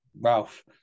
Ralph